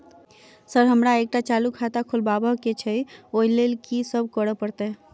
Sir हमरा एकटा चालू खाता खोलबाबह केँ छै ओई लेल की सब करऽ परतै?